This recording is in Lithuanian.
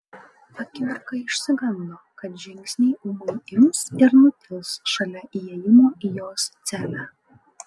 akimirką išsigando kad žingsniai ūmai ims ir nutils šalia įėjimo į jos celę